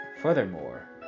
Furthermore